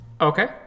okay